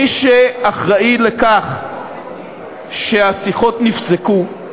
מי שאחראי לכך שהשיחות נפסקו,